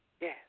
Yes